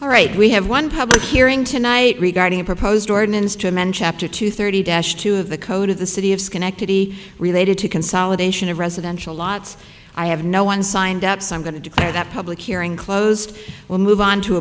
all right we have one public hearing tonight regarding a proposed ordinance to mention after two thirty dash to the code of the city of schenectady related to consolidation of residential lots i have no one signed up so i'm going to declare that public hearing closed will move on to